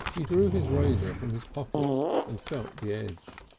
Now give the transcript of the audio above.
he drew his razor from his pocket and felt the edge.